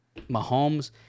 Mahomes